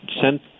sent